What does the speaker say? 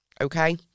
Okay